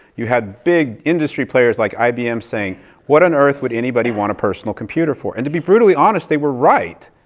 you had big industry players like ibm saying what on earth would anybody want a personal computer for? and to be brutally honest, they were right.